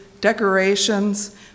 decorations